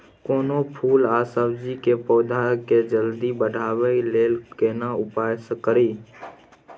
कोनो फूल आ सब्जी के पौधा के जल्दी बढ़ाबै लेल केना उपाय खरी?